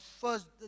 first